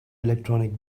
electronic